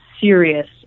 serious